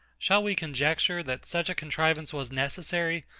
shall we conjecture, that such a contrivance was necessary,